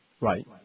right